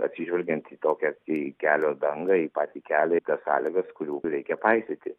atsižvelgiant į tokią į kelio dangą į patį kelią į tas sąlygas kurių reikia paisyti